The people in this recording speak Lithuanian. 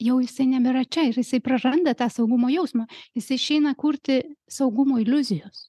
jau jisai nebėra čia ir jisai praranda tą saugumo jausmą jis išeina kurti saugumo iliuzijos